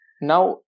Now